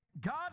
God